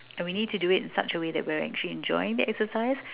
and we need to do it in such a way that we are actually enjoying the exercise